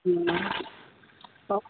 ହଁ